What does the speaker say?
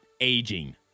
aging